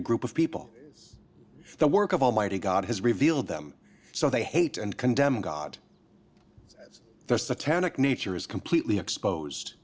a group of people the work of almighty god has revealed them so they hate and condemn god as their satanic nature is completely exposed